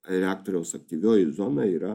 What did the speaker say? reaktoriaus aktyvioji zona yra